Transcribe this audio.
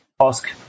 ask